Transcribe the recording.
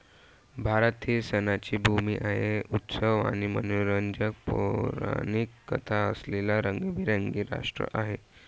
भारत ही सणांची भूमी आहे, उत्सव आणि मनोरंजक पौराणिक कथा असलेले रंगीबेरंगी राष्ट्र आहे